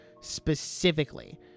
specifically